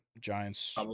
Giants